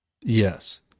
Yes